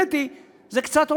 והאמת היא שזאת קצת הונאה,